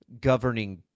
governing